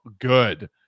good